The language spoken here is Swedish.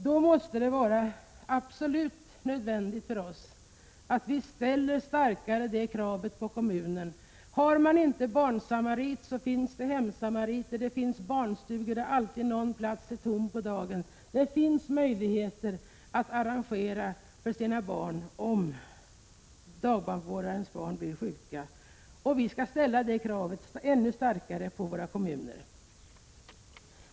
Det måste i stället vara nödvändigt för oss att ställa krav på kommunen. Det finns barnsamariter, och det finns hemsamariter, och det finns alltid någon ledig plats på någon barnstuga. Det finns möjligheter för föräldrar att arrangera för sina barn när dagbarnvårdarens barn är sjuka. Detta krav skall vi starkare ställa på våra kommuner.